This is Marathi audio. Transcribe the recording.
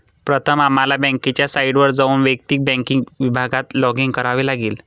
प्रथम आम्हाला बँकेच्या साइटवर जाऊन वैयक्तिक बँकिंग विभागात लॉगिन करावे लागेल